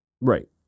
Right